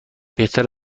بهتر